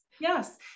Yes